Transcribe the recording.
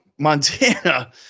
Montana